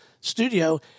studio